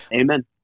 Amen